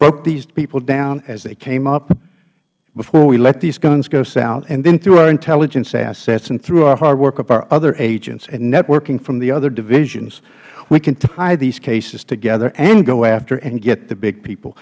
broke these people down as they came up before we let these guns go south and then through our intelligence assets and through our hard work of our other agents and networking from the other divisions we could tie these cases together and go after and get the big people